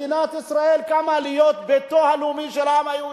מדינת ישראל קמה להיות ביתו הלאומי של העם היהודי.